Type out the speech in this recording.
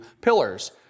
pillars